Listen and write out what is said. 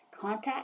Contact